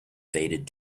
faded